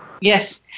Yes